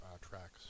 tracks